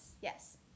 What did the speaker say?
yes